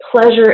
pleasure